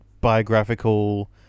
biographical